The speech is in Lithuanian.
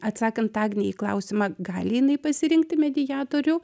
atsakant agnei į klausimą gali jinai pasirinkti mediatorių